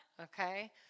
okay